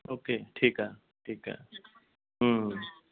okay ਠੀਕ ਆ ਠੀਕ ਆ